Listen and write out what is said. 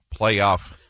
playoff